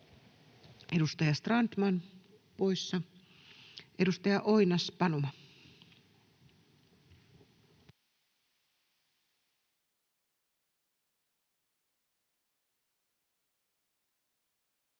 Edustaja Strandman poissa. — Edustaja Oinas-Panuma.